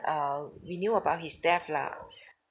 err we knew about his death lah